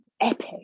epic